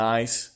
Nice